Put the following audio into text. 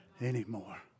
anymore